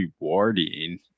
rewarding